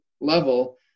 level